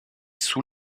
sous